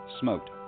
smoked